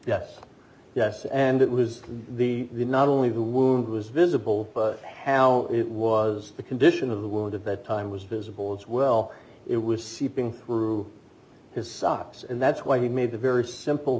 yes yes and it was the not only who wound was visible but how it was the condition of the wound if that time was visible as well it was seeping through his socks and that's why he made a very simple